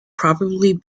probably